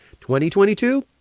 2022